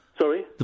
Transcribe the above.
Sorry